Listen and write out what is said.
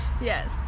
yes